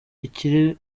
ikiri